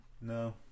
No